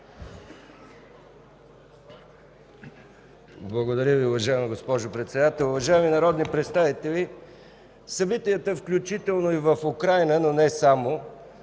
Благодаря Ви, уважаема госпожо Председател. Уважаеми народни представители, събитията, включително и в Украйна, но не само,